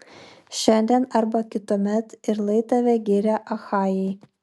šiandien arba kituomet ir lai tave giria achajai